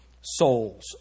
souls